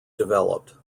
developed